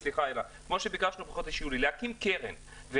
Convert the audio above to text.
להקים קרן,